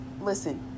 listen